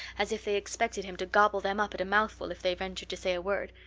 as if they expected him to gobble them up at a mouthful if they ventured to say a word.